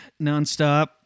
nonstop